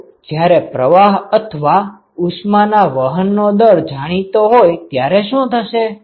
તો જયારે પ્રવાહ અથવા ઉષ્મા ના વાહન નો દર જાણીતો હોય ત્યારે શું થશે